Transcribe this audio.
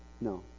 No